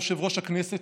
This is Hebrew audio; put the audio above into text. יושב-ראש הכנסת,